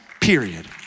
period